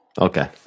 Okay